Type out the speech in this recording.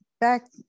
back